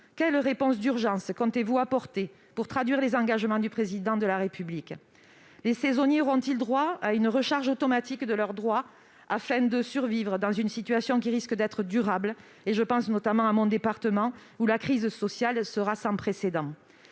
quelle réponse d'urgence le Gouvernement compte-t-il apporter pour traduire les engagements du Président de la République ? Les saisonniers auront-ils droit à une recharge automatique de leurs droits, afin de survivre dans une situation qui risque de durer ? Je pense notamment à mon département, où la crise sociale sera sans précédent.